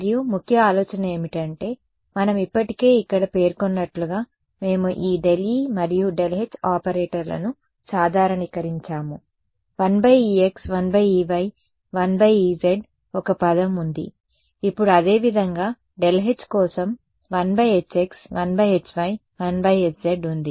మరియు ముఖ్య ఆలోచన ఏమిటంటే మనం ఇప్పటికే ఇక్కడ పేర్కొన్నట్లుగా మేము ఈ ∇e మరియు ∇h ఆపరేటర్లను సాధారణీకరించాము 1ex 1ey 1ez ఒక పదం ఉంది ఇప్పుడు అదే విధంగా ∇h కోసం 1hx 1hy 1hz